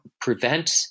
prevent